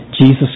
Jesus